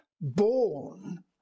born